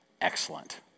excellent